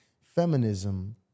feminism